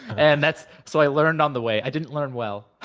and that's so, i learned on the way. i didn't learn well.